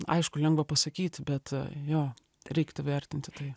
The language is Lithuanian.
aišku lengva pasakyti bet jo reiktų vertinti tai